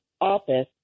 office